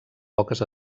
poques